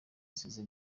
nsize